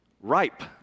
ripe